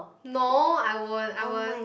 no I wouldn't I wouldn't